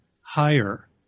higher